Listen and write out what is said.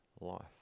life